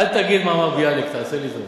אל תגיד מה אמר ביאליק, תעשה לי טובה.